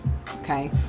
okay